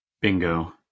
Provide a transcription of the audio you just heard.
Bingo